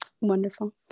wonderful